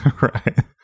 Right